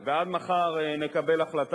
ועד מחר נקבל החלטה,